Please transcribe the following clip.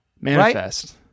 Manifest